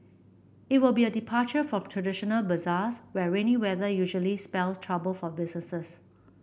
it will be a departure from traditional bazaars where rainy weather usually spells trouble for business